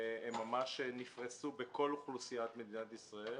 הם ממש נפרסו בכל אוכלוסיית מדינת ישראל